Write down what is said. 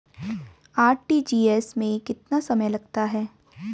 RTGS में कितना समय लगता है?